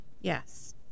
Yes